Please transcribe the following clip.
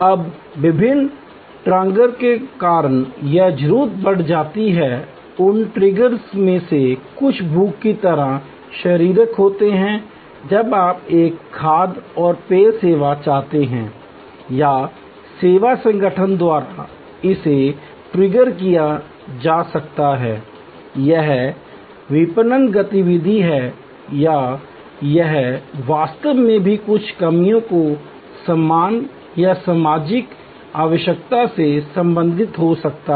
अब विभिन्न ट्रिगर्स के कारण यह ज़रूरत बढ़ सकती है उन ट्रिगर्स में से कुछ भूख की तरह शारीरिक होते हैं जब आप एक खाद्य और पेय सेवा चाहते हैं या सेवा संगठन द्वारा इसे ट्रिगर किया जा सकता है यह विपणन गतिविधि है या यह वास्तव में भी कुछ कर्मियों को सम्मान या सामाजिक आवश्यकता से संबंधित हो सकता है